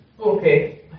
Okay